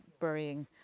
burying